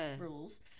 rules